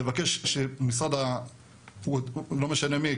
לבקש שלא משנה מי,